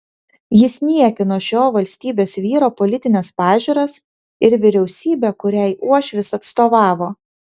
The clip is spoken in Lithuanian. jis niekino šio valstybės vyro politines pažiūras ir vyriausybę kuriai uošvis atstovavo